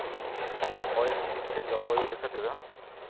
ᱦᱚᱭ ᱦᱤᱸᱥᱤᱫ ᱥᱮ ᱡᱚᱞᱵᱟᱭᱩ ᱞᱮᱠᱟ ᱛᱮᱫᱚ